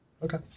Okay